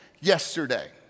yesterday